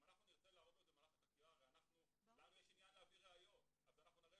אם אנחנו נרצה להראות לו את זה במהלך החקירה הרי לנו יש עניין